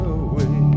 away